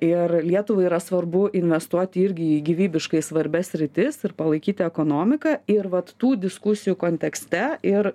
ir lietuvai yra svarbu investuoti irgi į gyvybiškai svarbias sritis ir palaikyti ekonomiką ir vat tų diskusijų kontekste ir